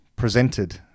presented